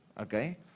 Okay